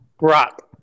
Rock